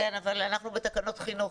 כן, אבל אנחנו בתקנות חינוך.